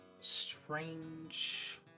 strange